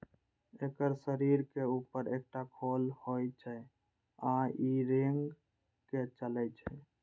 एकर शरीरक ऊपर एकटा खोल होइ छै आ ई रेंग के चलै छै